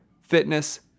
Fitness